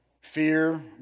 fear